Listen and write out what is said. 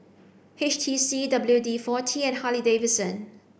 H T C W D forty and Harley Davidson